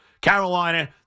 Carolina